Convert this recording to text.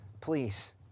please